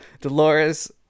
Dolores